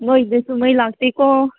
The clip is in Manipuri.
ꯅꯣꯏꯒꯤꯗꯁꯨ ꯃꯩ ꯂꯥꯛꯇꯦꯀꯣ